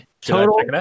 total